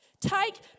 Take